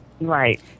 Right